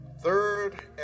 Third